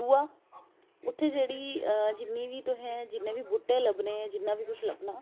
दूआ उत्थै जेहड़ी जिन्नी बी तुसें जिन्ने बी बूहटे लब्भने जिन्ना बी कुछ लब्भना